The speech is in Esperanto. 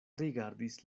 rigardis